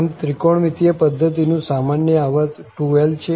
આમ ત્રિકોણમિતિય પધ્ધતિનું સામાન્ય આવર્ત 2l છે